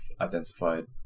identified